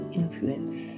influence